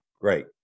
Great